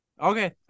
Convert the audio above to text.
Okay